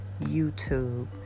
YouTube